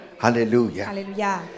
Hallelujah